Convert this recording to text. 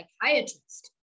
psychiatrist